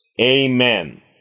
Amen